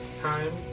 time